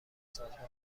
سازمانها